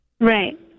Right